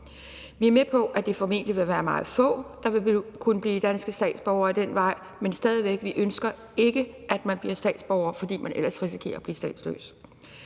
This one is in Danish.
Vi er med på, at det formentlig vil være meget få, der vil kunne blive danske statsborgere ad den vej, men stadig væk, vi ønsker ikke, at man bliver statsborger, fordi man ellers risikerer at blive statsløs.